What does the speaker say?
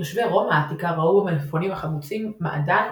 תושבי רומא העתיקה ראו במלפפונים החמוצים מעדן,